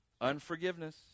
unforgiveness